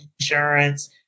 insurance